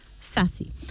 Sassy